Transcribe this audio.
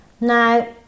now